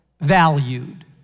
valued